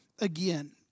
Again